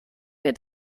wird